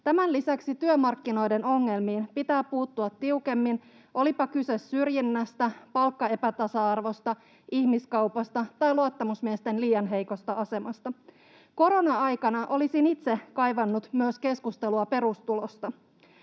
Tämän lisäksi työmarkkinoiden ongelmiin pitää puuttua tiukemmin, olipa kyse syrjinnästä, palkkaepätasa-arvosta, ihmiskaupasta tai luottamusmiesten liian heikosta asemasta. Korona-aikana olisin itse kaivannut myös keskustelua perustulosta.